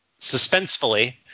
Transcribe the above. Suspensefully